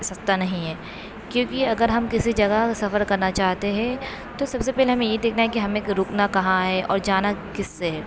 سَستا نہیں ہے کیونکہ اگر ہم کسی جگہ سفر کرنا چاہتے ہیں تو سب سے پہلے ہمیں یہ دیکھنا ہے کہ ہمیں رُکنا کہاں ہے اور جانا کس سے ہے